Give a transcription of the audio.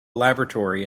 laboratory